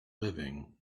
living